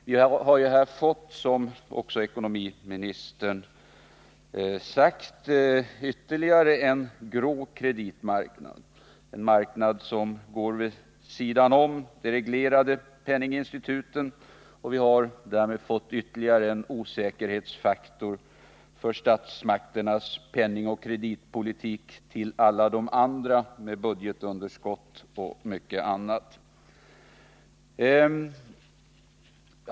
Vi har ju här — som också ekonomiministern sagt — fått ytterligare en grå kreditmarknad, som står vid sidan om de reglerade penninginstituten. Därmed har vi fått ytterligare en osäkerhetsfaktor för statsmakternas penningoch kreditpolitik till alla de andra — budgetunderskott och mycket annat.